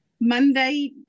Monday